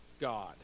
God